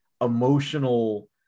emotional